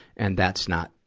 and that's not,